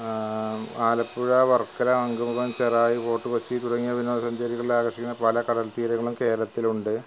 ആലപ്പുഴ വർക്കല ശംഖുമുഖം ചെറായി ഫോർട്ട് കൊച്ചി തുടങ്ങിയ വിനോദ സഞ്ചാരികളെ ആകർഷിക്കുന്ന പല കടൽതീരങ്ങളും കേരളത്തിലുണ്ട്